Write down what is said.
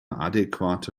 adäquate